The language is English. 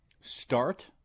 Start